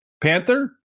Panther